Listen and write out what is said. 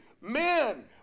Men